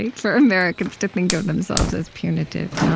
for americans to think of themselves as punitive.